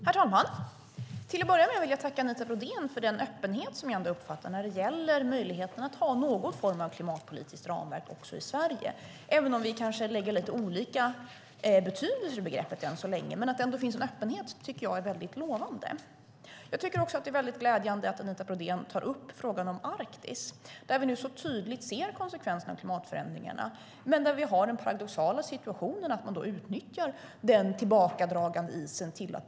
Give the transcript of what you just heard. Herr talman! Till att börja med vill jag tacka Anita Brodén för den öppenhet som jag uppfattar finns vad gäller möjligheten att ha någon form av klimatpolitiskt ramverk också i Sverige, även om vi än så länge kanske lägger lite olika betydelser i begreppet. Att det finns en öppenhet tycker jag är lovande. Dessutom är det glädjande att Anita Brodén tar upp frågan om Arktis. Där ser vi tydligt konsekvenserna av klimatförändringarna. Samtidigt har vi den paradoxala situationen att man utnyttjar det faktum att isen drar sig tillbaka.